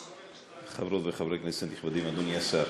חברות וחברי כנסת נכבדים, אדוני השר,